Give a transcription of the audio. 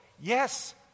yes